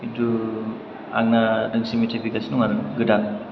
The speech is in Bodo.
खिन्थु आंना दोंसे मेथाइ फैगासिनो दं आरो गोदान